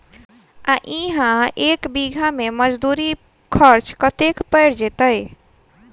आ इहा एक बीघा मे मजदूरी खर्च कतेक पएर जेतय?